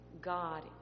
God